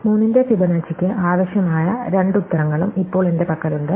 3 ന്റെ ഫിബൊനാച്ചിക്ക് ആവശ്യമായ രണ്ട് ഉത്തരങ്ങളും ഇപ്പോൾ എന്റെ പക്കലുണ്ട്